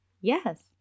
Yes